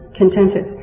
contented